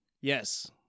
Yes